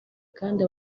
kandi